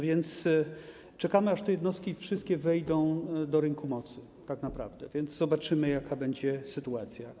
Więc czekamy, aż te jednostki wszystkie wejdą do rynku mocy tak naprawdę, więc zobaczymy, jaka będzie sytuacja.